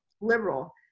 liberal